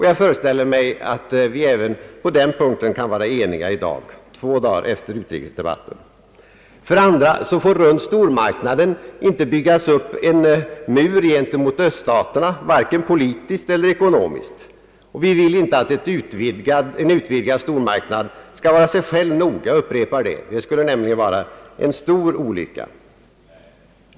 Jag föreställer mig, att vi på den punkten kan vara eniga även i dag, två dagar efter utrikesdebatten. För det andra får det runt stormarknaden inte byggas upp en mur gentemot öststaterna vare sig politiskt eller ekonomiskt. Vi vill inte att en utvidgad stormarknad skall vara sig själv nog; jag upprepar det. Det skulle vara en stor olycka.